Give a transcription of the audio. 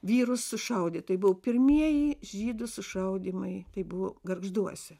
vyrus sušaudyt tai buvo pirmieji žydų sušaudymai tai buvo gargžduose